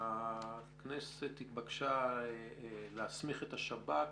הכנסת התבקשה להסמיך את השב"כ